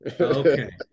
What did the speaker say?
Okay